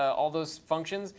all those functions,